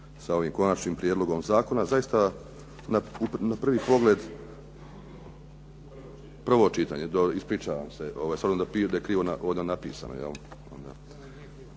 sa ovim konačnim prijedlogom zakona zaista na prvi pogled, prvo čitanje, ispričavam se, s obzirom da piše da je krivo ovdje napisano.